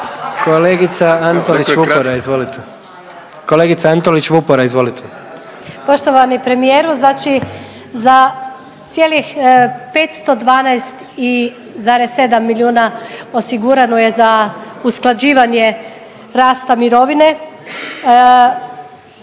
Kolegice Antolić Vupora, izvolite. **Antolić Vupora, Barbara (SDP)** Poštovani premijeru, znači za cijelih 512,7 milijuna osigurano je za usklađivanje rasta mirovine